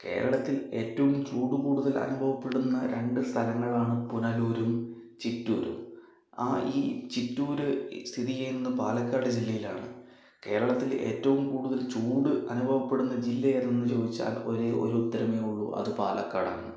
കേരളത്തിൽ ഏറ്റവും ചൂട് കൂടുതൽ അനുഭവപ്പെടുന്ന രണ്ട് സ്ഥലങ്ങളാണ് പുനലൂരും ചിറ്റൂരും ആ ഈ ചിറ്റൂര് സ്ഥിതി ചെയ്യുന്നത് പാലക്കാട് ജില്ലയിലാണ് കേരളത്തിൽ ഏറ്റവും കൂടുതൽ ചൂട് അനുഭവപ്പെടുന്ന ജില്ലയേതെന്നു ചോദിച്ചാൽ ഒരേ ഒരു ഉത്തരമേ ഉള്ളു അത് പാലക്കാടാണ്